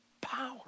power